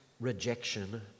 rejection